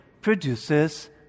produces